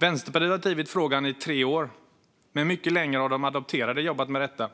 Vänsterpartiet har drivit frågan i tre år, men mycket längre har de adopterade jobbat med detta